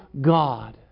God